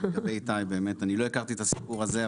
אני לא הכרתי את הסיפור הזה,